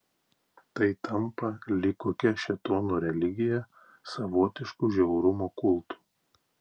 tai tampa lyg kokia šėtono religija savotišku žiaurumo kultu